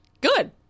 Good